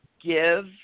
Give